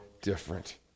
different